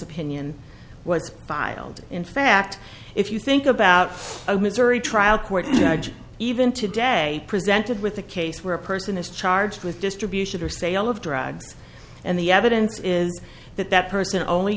opinion was filed in fact if you think about a missouri trial court judge even today presented with a case where a person is charged with distribution or sale of drugs and the evidence is that that person only